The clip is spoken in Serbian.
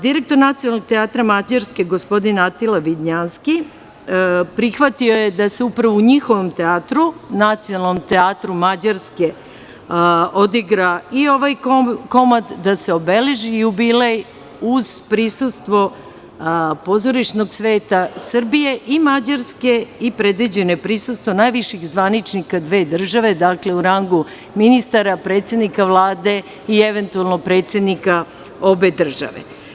Direktor Nacionalnog teatra Mađarske, gospodin Atila Vidnjanski prihvatio je da se upravo u njihovom teatru, Nacionalnom teatru Mađarske odigra i ovaj komad, da se obeleži jubilej uz prisustvo pozorišnog sveta Srbije i Mađarske i predviđeno je prisustvo najviših zvaničnika dve države, dakle, u rangu ministara, predsednika Vlade i eventualno predsednika obe države.